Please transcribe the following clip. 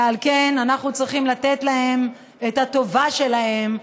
ועל כן אנחנו צריכים לתת להם את הטובה שלהם,